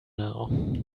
now